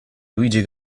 luigi